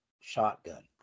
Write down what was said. shotgun